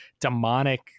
demonic